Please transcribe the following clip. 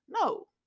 No